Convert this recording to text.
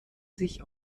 sich